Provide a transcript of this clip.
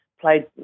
played